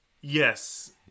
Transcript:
Yes